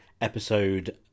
episode